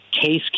Case